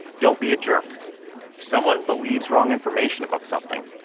don't be a jerk. if someone believes wrong information about something,